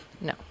No